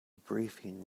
briefing